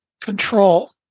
control